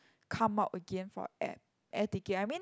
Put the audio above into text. come out again for air air ticket I mean